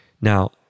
Now